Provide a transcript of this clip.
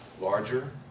larger